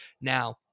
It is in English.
Now